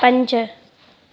पंज